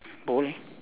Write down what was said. bo leh